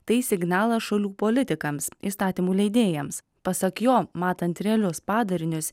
tai signalas šalių politikams įstatymų leidėjams pasak jo matant realius padarinius